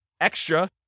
extra